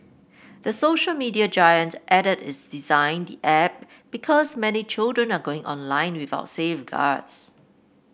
the social media giant added it designed the app because many children are going online without safeguards